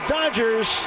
Dodgers